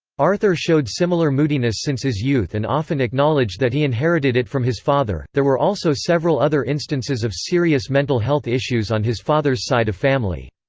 arthur showed similar moodiness since his youth and often acknowledged that he inherited it from his father there were also several other instances of serious mental health issues on his father's side of family.